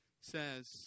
says